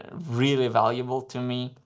ah really valuable to me.